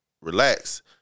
relax